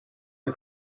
the